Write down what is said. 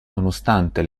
nonostante